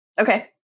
Okay